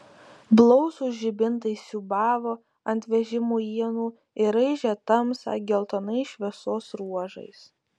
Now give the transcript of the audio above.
blausūs žibintai siūbavo ant vežimo ienų ir raižė tamsą geltonais šviesos ruožais